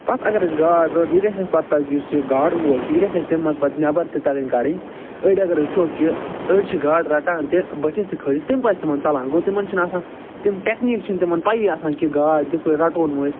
تَتھ اگر أسۍ گاڈ رٔٹ یہِ گَژھِ اَسہِ پتہٕ تگ یُس یہِ گاڈٕ وول چھُ یہِ گَژھِ اَسہِ تَمہِ منٛز پتہٕ نٮ۪بر تہِ تَگٕنۍ کَڑٕنۍ أڑۍ اگرَے وٕچھو کہِ أڑۍ چھِ گاڈ رٹان تہِ بٔٹھِس تہِ کھٲجِکھ تَمہِ پتہٕ چھِ تِمن ژلان گوٚو تِمن چھِنہٕ آسان تِم ٹٮ۪کنیٖک چھِنہٕ تِمن پَیی آسان کہِ گاڈ کِتھ پٲٹھۍ رٹہون وۄنۍ أسۍ